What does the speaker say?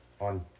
on